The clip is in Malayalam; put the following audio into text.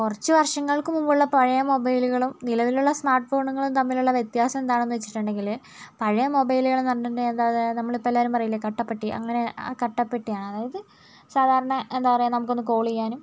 കുറച്ചു വർഷങ്ങൾക്ക് മുൻപുള്ള പഴയ മൊബൈലുകളും നിലവിലുള്ള സ്മാർട്ട് ഫോണുകളും തമ്മിലുള്ള വ്യത്യാസം എന്താണെന്നു വച്ചിട്ടുണ്ടെങ്കിൽ പഴയ മൊബൈലുകളെന്ന് പറഞ്ഞിട്ടുണ്ടെങ്കിൽ അതായത് നമ്മളിപ്പോൾ എല്ലാവരും പറയില്ലേ കട്ടപ്പെട്ടി അങ്ങനെ ആ കട്ടപ്പെട്ടിയാണ് അതായത് സാധാരണ എന്താ പറയുക നമുക്കൊന്ന് കോള് ചെയ്യാനും